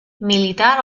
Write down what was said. militar